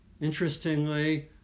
Interestingly